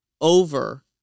over